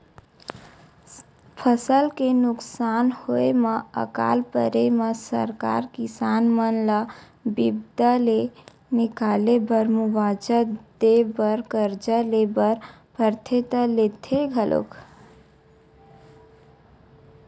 फसल के नुकसान होय म अकाल परे म सरकार किसान मन ल बिपदा ले निकाले बर मुवाजा देय बर करजा ले बर परथे त लेथे घलोक